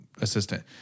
assistant